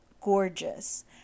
gorgeous